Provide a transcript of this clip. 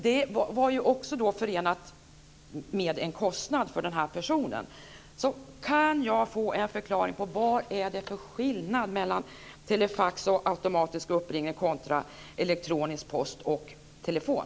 Det var också förenat med en kostnad för den här personen.